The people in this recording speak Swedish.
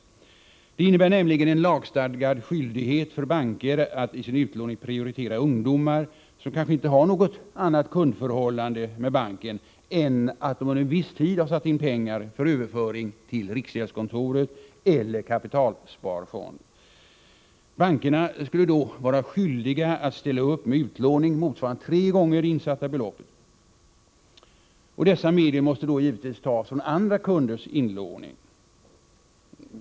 Förslaget innebär nämligen en lagstadgad skyldighet för banker att i sin utlåning prioritera ungdomar, som kanske inte har något annat kundförhållande med banken än att de under viss tid har satt in pengar för överföring till riksgäldskontoret eller kapitalsparfond. Bankerna skulle då vara skyldiga att ställa upp med utlåning motsvarande tre gånger det insatta beloppet. Dessa medel måste givetvis tas från andra kunders inlåning.